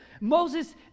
Moses